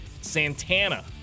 Santana